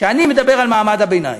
שאני מדבר על מעמד הביניים,